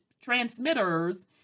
transmitters